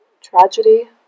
tragedy